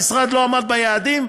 המשרד לא עמד ביעדים?